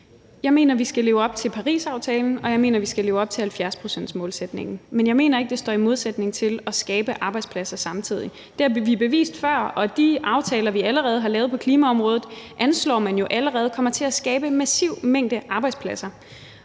Jeg mener, vi skal leve op til Parisaftalen, og jeg mener, vi skal leve op til 70-procentsmålsætningen. Men jeg mener ikke, at det står i modsætning til at skabe arbejdspladser samtidig. Det har vi bevist før. De aftaler, vi allerede har lavet på klimaområdet, anslår man jo kommer til at skabe en massiv mængde arbejdspladser,